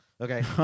Okay